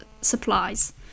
supplies